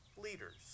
leaders